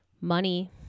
money